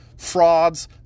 frauds